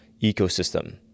ecosystem